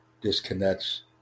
disconnects